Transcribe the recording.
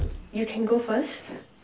you can go first